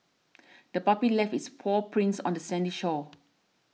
the puppy left its paw prints on the sandy shore